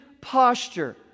posture